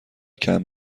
کمپ